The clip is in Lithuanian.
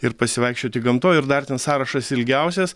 ir pasivaikščioti gamtoj ir dar ten sąrašas ilgiausias